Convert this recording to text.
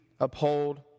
uphold